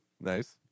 nice